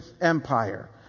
Empire